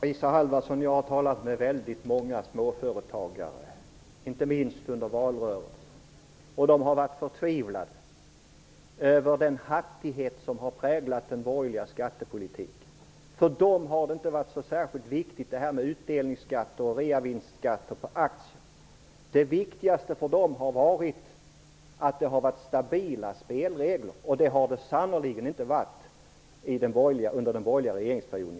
Herr talman! Jag har talat med väldigt många småföretagare, inte minst under valrörelsen. De har varit förtvivlade över den hattighet som har präglat den borgerliga skattepolitiken. För dem har det inte varit så särskilt viktigt med utdelningsskatt och reavinstskatt på aktier. Det viktigaste för dem är att det är stabila spelregler. Det har det sannerligen inte varit under den borgerliga regeringsperioden.